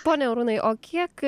pone arūnai o kiek